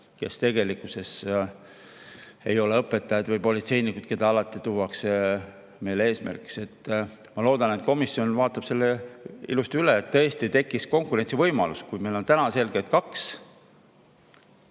kes tegelikkuses ei ole õpetajad või politseinikud, keda alati tuuakse meile eesmärgiks? Ma loodan, et komisjon vaatab selle ilusti üle, et tõesti tekiks konkurentsivõimalus. Meil on täna selgelt kaks